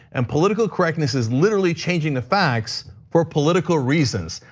and political correctness is literally changing the facts for political reasons.